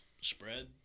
spread